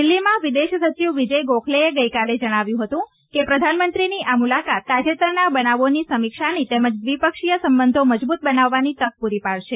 દિલ્હીમાં વિદેશ સચિવ વિજય ગોખલેએ ગઈકાલે જણાવ્યું હતું કે પ્રધાનમંત્રીની આ મૂલાકાત તાજેતરના બનાવોની સમીક્ષાની તેમજ દ્વિપક્ષીય સંબંધો મજબૂત બનાવવાની તક પૂરી પાડશે